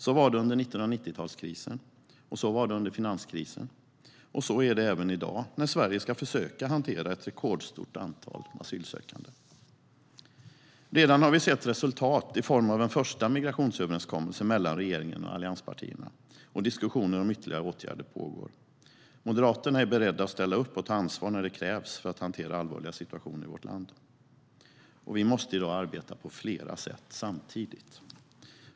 Så var det under 1990-talskrisen, så var det under finanskrisen och så är det även i dag när Sverige ska försöka hantera ett rekordstort antal asylsökande. Vi har redan sett resultat i form av en första migrationsöverenskommelse mellan regeringen och allianspartierna. Diskussioner om ytterligare åtgärder pågår. Moderaterna är beredda att ställa upp och ta ansvar när det krävs för att hantera allvarliga situationer i vårt land. Vi måste i dag arbeta på flera sätt samtidigt.